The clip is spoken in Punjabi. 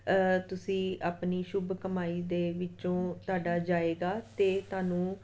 ਤੁਸੀਂ ਆਪਣੀ ਸ਼ੁਭ ਕਮਾਈ ਦੇ ਵਿੱਚੋਂ ਤੁਹਾਡਾ ਜਾਵੇਗਾ ਅਤੇ ਤੁਹਾਨੂੰ